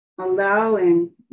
Allowing